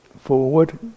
forward